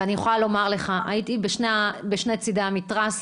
אני יכולה לומר לך - הייתי בשני צידי המתרס,